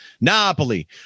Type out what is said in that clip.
Napoli